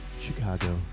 Chicago